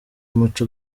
umuco